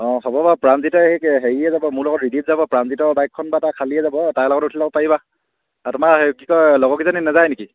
অঁ হ'ব বাৰু প্ৰাণজিত হেৰি হেৰিয়ে যাব মোৰ লগত ৰিদীপ যাব প্ৰাণজিত বাইকখন বাৰু তাৰ খালীয়ে যাব তাৰ লগত উঠি ল'ব পাৰিবা তোমাৰ কি কয় লগৰকেইজনী নাযায় নেকি